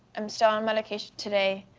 i'm still on medication today.